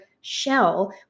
shell